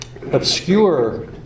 obscure